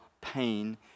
pain